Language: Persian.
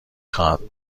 خواهد